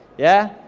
yeah,